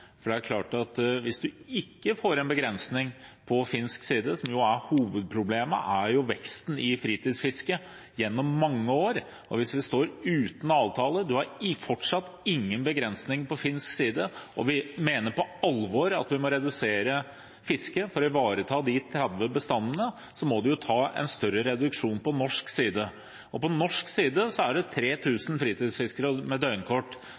Det er klart at hvis man ikke får en begrensning på finsk side – for hovedproblemet er jo veksten i fritidsfisket gjennom mange år, og hvis vi står uten avtale, har man fortsatt ingen begrensning på finsk side, og vi mener på alvor at vi må redusere fisket for å ivareta de 30 bestandene – må man ta en større reduksjon på norsk side. På norsk side er det 3 000 fritidsfiskere med døgnkort.